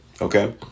okay